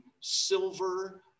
silver